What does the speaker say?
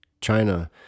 China